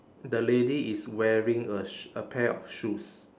the lady is wearing a sh~ a pair of shoes